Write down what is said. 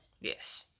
Yes